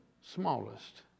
smallest